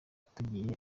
tugiye